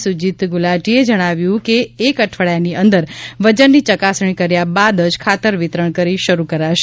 સુજીત ગુલાટીએ જણાવ્યું છે કે એક અઠવાડિયાની અંદર વજનની ચકાસણી કર્યા બાદ જ ખાતર વિતરણ કરી શરૂ કરાશે